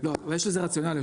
אבל יש לזה רציונל.